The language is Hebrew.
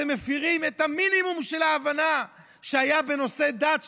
אתם מפירים את המינימום של ההבנה שהייתה בנושא דת בינינו.